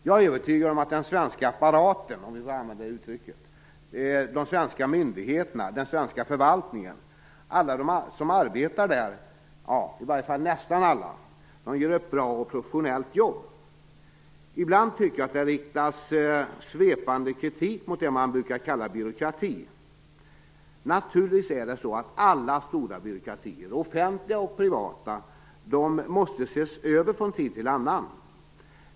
Jag är övertygad om att den svenska apparaten, om jag får använda det uttrycket, de svenska myndigheterna, den svenska förvaltningen och alla de som arbetar där, i varje fall nästan alla, gör ett bra och professionellt jobb. Ibland tycker jag att det riktas svepande kritik mot det man brukar kalla byråkrati. Naturligtvis måste alla stora byråkratier, såväl offentliga som privata, ses över från tid till annan.